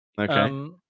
Okay